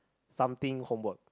something homework